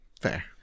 Fair